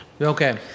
Okay